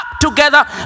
together